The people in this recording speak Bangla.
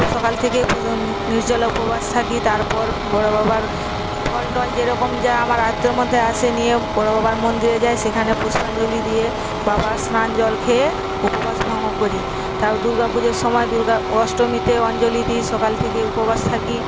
সকাল থেকে নির্জলা উপবাস থাকি তারপর বড়ো বাবার ফল টল যেরকম যা আমার আয়ত্তের মধ্যে আসে নিয়ে বড়ো বাবার মন্দিরে যাই সেখানে পুষ্পাঞ্জলি দিয়ে বাবার স্নানজল খেয়ে উপবাস ভঙ্গ করি তারপর দুর্গা পুজোর সময়ে অষ্টমীতে অঞ্জলি দিই সকাল থেকে উপবাস থাকি